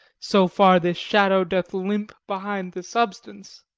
so far this shadow doth limp behind the substance.